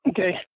Okay